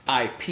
IP